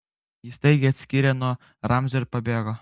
ji staigiai atsiskyrė nuo ramzio ir pabėgo